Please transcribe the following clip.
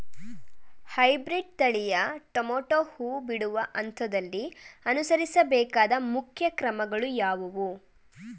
Hybrid ತಳಿಯ tomato ಹೂ ಬಿಡುವ ಹಂತದಲ್ಲಿ ಅನುಸರಿಸಬೇಕಾದ ಮುಖ್ಯ ಕ್ರಮಗಳು ಯಾವುವು?